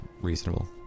reasonable